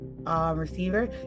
Receiver